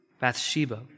Bathsheba